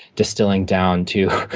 distilling down to,